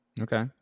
Okay